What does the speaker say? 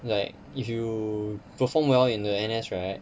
like if you perform well in the N_S right